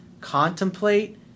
contemplate